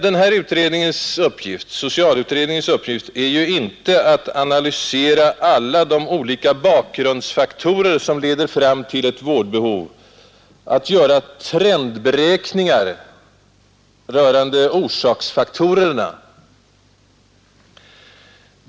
Men socialutredningens uppgift är ju inte att samla och närmare analysera olika bakgrundsfaktorer som leder fram till ett vårdbehov och att göra trendberäkningar rörande orsaksfaktorerna.